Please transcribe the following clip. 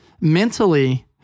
mentally